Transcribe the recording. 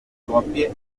coppie